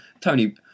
Tony